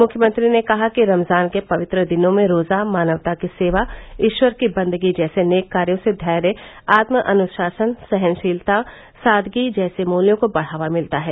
मुख्यमंत्री ने कहा कि रमज़ान के पवित्र दिनों में रोज़ा मानवता की सेवा ईश्वर की बन्दगी जैसे नेक कार्यो से धैर्य आत्म अनुशासन सहनशीलता सादगी जैसे मूल्यों को बढ़ावा मिलता है